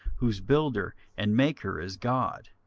whose builder and maker is god.